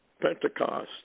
Pentecost